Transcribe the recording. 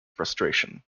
frustration